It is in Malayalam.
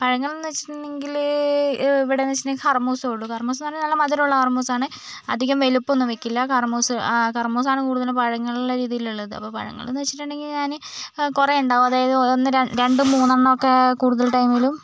പഴങ്ങൾന്ന് വെച്ചിട്ടുണ്ടെങ്കിൽ ഇവിടെന്നു വെച്ചിട്ടുണ്ടെങ്കിൽ ഹർമ്മൂസെ ഉള്ളു കറുമൂസ്ന്ന് പറഞ്ഞാൽ നല്ല മധുരമുള്ള കറ്മൂസാണ് അധികം വലിപ്പമൊന്നും വയ്ക്കില്ല കറ്മൂസ് കറ്മൂസാണ് കൂടുതലും പഴങ്ങളെന്ന രീതിയിലുള്ളത് അപ്പോൾ പഴങ്ങളെന്ന് വെച്ചിട്ടുണ്ടെങ്കിൽ ഞാൻ കുറെ ഉണ്ടാവും അതായത് ഒന്ന് രണ്ട് രണ്ട് മൂന്നെണ്ണമൊക്കെ കൂടുതൽ ടൈമിലും